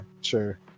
sure